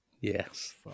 Yes